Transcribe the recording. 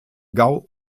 gau